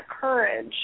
courage